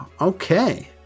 okay